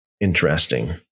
interesting